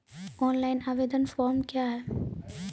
Online आवेदन form क्या हैं?